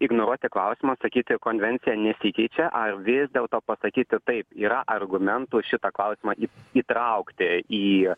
ignoruoti klausimą sakyti konvencija nesikeičia ar vis dėlto pasakyti taip yra argumentų šitą klausimą įtraukti į